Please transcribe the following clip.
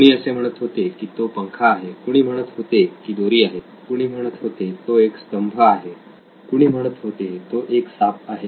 कुणी असे म्हणत होते की तो पंखा आहे कुणी म्हणत होते की दोरी आहे कुणी म्हणत होते तो एक स्तंभ आहे तर कुणी म्हणत होते तो एक साप आहे